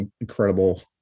incredible